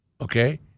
Okay